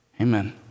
Amen